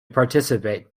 participate